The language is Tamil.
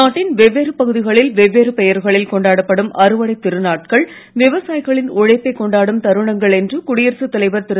நாட்டின் வெவ்வேறு பகுதிகளில் வெவ்வேறு பெயர்களில் கொண்டாடப்படும் அறுவடை திருநாட்கள் விவசாயிகளின் உழைப்பை கொண்டாடும் தருணங்கள் என்று குடியரசுத் தலைவர் திரு